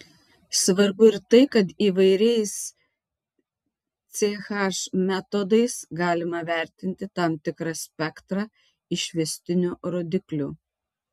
svarbu ir tai kad įvairiais ch metodais galima vertinti tam tikrą spektrą išvestinių rodiklių